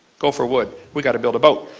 go for wood we've got to build a boat.